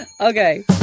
Okay